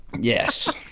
Yes